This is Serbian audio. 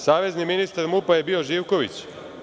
Savezni ministar MUP-a je bio Živković.